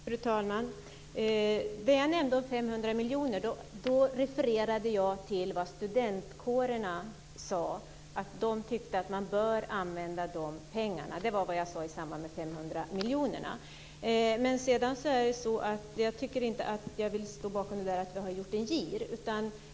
Fru talman! När det gäller de 500 miljoner kronorna refererade jag till vad studentkårerna sade om hur man tyckte att de pengarna borde användas. Det var vad jag sade i det sammanhanget. Jag tycker inte att jag kan stå bakom detta med att vi har gjort en gir.